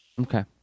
Okay